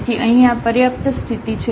તેથી અહીં આ પર્યાપ્ત સ્થિતિ છે